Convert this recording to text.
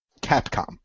Capcom